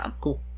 Cool